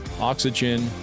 Oxygen